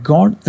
God